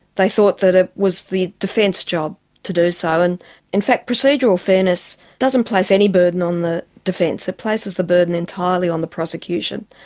they thought that it was the defence job to do so, and in fact procedural fairness doesn't place any burden on the defence, it places the burden entirely on the prosecution.